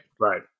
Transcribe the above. Right